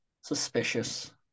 Suspicious